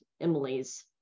Emily's